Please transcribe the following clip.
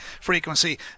frequency